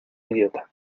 idiota